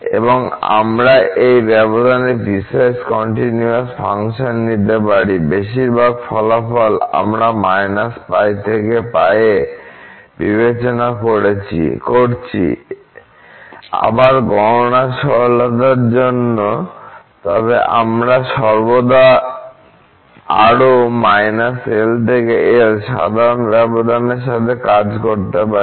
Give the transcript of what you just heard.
এবং আমরা এই ব্যবধানে পিসওয়াইস কন্টিনিউয়াস ফাংশন নিতে পারি বেশিরভাগ ফলাফল আমরা π π এ বিবেচনা করছি আবার গণনার সরলতার জন্য তবে আমরা সর্বদা আরও L L সাধারণ ব্যবধানের সাথে কাজ করতে পারি